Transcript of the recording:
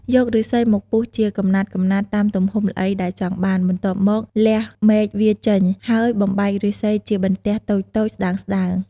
យកឫស្សីមកពុះជាកំណាត់ៗតាមទំហំល្អីដែលចង់បាន បន្ទាប់មក លះមែកវាចេញ ហើយបំបែកឫស្សីជាបន្ទះតូចៗស្ដើងៗ។